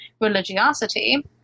religiosity